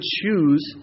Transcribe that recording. choose